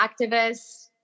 activists